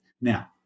now